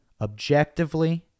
objectively